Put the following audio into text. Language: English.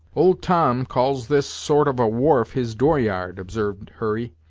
old tom calls this sort of a wharf his door-yard, observed hurry,